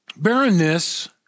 Barrenness